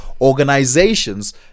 organizations